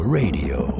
radio